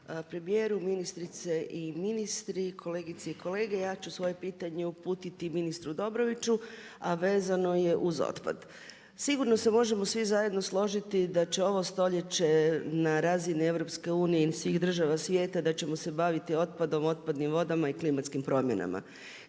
premijeru, ministrice i ministri, kolegice i kolege. Ja ću svoje pitanje uputiti ministru Dobroviću, a vezano je uz otpad. Sigurno se možemo svi zajedno složiti da će ovo stoljeće na razini EU ili svih država svijeta da ćemo se baviti otpadom, otpadnim vodama i klimatskim promjenama.